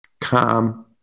calm